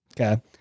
Okay